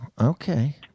okay